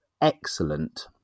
excellent